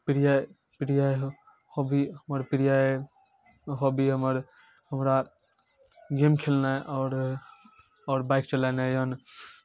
प्रिय प्रिय हॉबी हमर प्रिय हॉबी हमर हमरा गेम खेलनाइ आओर आओर बाइक चलेनाइ यए